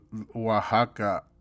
Oaxaca